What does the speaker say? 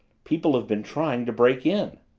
people have been trying to break in.